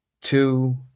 two